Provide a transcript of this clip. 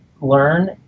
learn